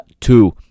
two